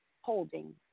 holding